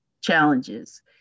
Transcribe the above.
challenges